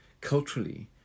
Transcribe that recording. Culturally